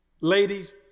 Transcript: Ladies